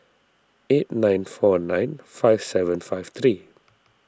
eight nine four nine five seven five three